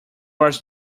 was